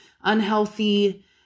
unhealthy